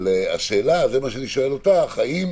אבל השאלה, זה מה שאני שואל אותך, האם